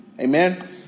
Amen